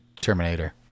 Terminator